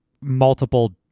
multiple